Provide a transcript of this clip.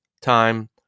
time